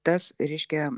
tas reiškia